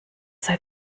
sei